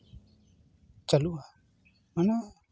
ᱪᱟᱹᱞᱩᱜᱼᱟ ᱢᱟᱱᱮ